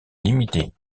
limitée